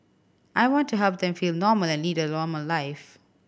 I want to help them feel normal and lead a normal life